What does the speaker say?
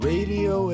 Radio